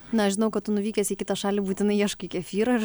na žinau kad nuvykęs į kitą šalį būtinai ieškai kefyro ir